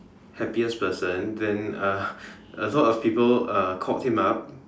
happiest person then uh a lot of people uh called him up